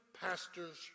pastors